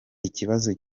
ikibazo